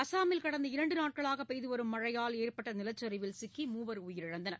அஸ்ஸாமில் கடந்த இரண்டு நாட்களாக பெய்து வரும் மழையல் ஏற்பட்ட நிலச்சரிவில் சிக்கி மூவர் உயிரிழந்தனர்